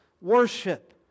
Worship